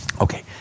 Okay